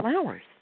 flowers